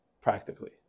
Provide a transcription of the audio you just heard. practically